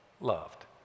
loved